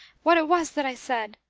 what it was that i said.